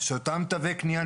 ומכאן הדחיפות ביישום שלו.